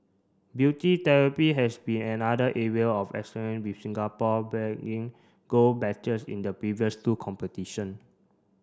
beauty therapy has been another area of excellent with Singapore bagging gold in the previous two competition